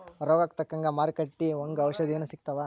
ರೋಗಕ್ಕ ತಕ್ಕಂಗ ಮಾರುಕಟ್ಟಿ ಒಂಗ ಔಷದೇನು ಸಿಗ್ತಾವ